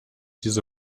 diese